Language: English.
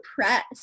impressed